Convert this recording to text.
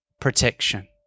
protection